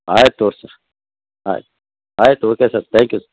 ಆಯ್ತು ತೊರ್ಸಿ ಸ್ ಆಯ್ತು ಆಯ್ತು ಒಕೆ ಸರ್ ತ್ಯಾಂಕ್ ಯು